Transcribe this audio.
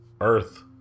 Earth